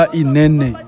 inene